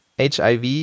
HIV